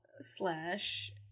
slash